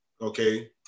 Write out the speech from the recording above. okay